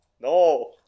No